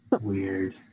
Weird